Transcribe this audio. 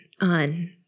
on